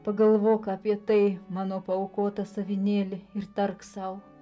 pagalvok apie tai mano paaukotas avinėli ir tark sau